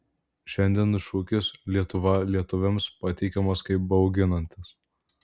šiandien šūkis lietuva lietuviams pateikiamas kaip bauginantis